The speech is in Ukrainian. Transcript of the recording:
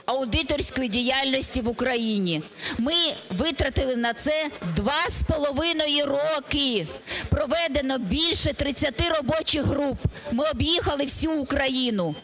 аудиторської діяльності в Україні. Ми витратили на це 2,5 роки, проведено більше 30 робочих груп, ми об'їхали всю Україну,